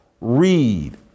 read